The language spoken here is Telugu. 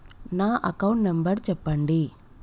నా అకౌంట్ నంబర్ చెప్పండి?